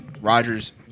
Rodgers